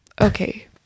Okay